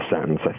sentence